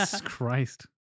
Christ